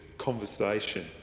conversation